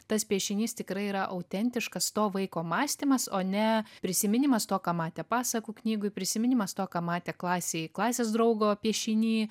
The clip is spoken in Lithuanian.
tas piešinys tikrai yra autentiškas to vaiko mąstymas o ne prisiminimas to ką matė pasakų knygoj prisiminimas to ką matė klasėj klasės draugo piešiny